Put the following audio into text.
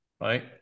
right